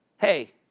hey